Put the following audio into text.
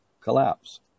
collapse